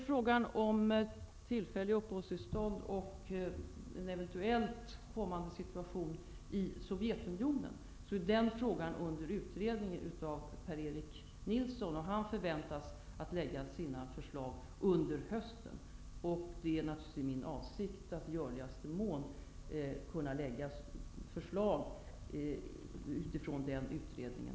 Frågan om tillfälliga uppehållstillstånd och en eventuellt kommande situation i Sovjetunionen utreds av Per-Erik Nilsson. Han förväntas lägga fram sina förslag under hösten. Det är naturligtvis min avsikt att i görligaste mån lägga fram förslag i riksdagen utifrån den utredningen.